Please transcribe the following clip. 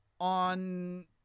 on